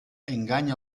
enganya